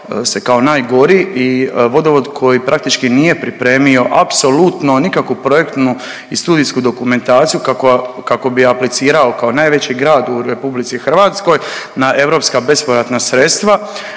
se kao najgori i vodovod koji praktički nije pripremio apsolutno nikakvu projektnu i studijsku dokumentaciju kako bi aplicirao kao najveći grad u RH na europska bespovratna sredstva,